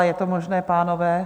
Je to možné, pánové?